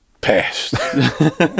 passed